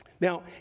Now